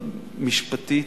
משפטית,